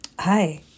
Hi